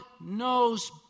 knows